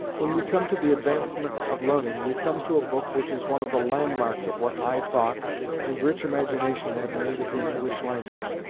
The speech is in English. when we come to the advancement of learning, we come to a book which is one of the landmarks of what high thought and rich imagination have made of the english language.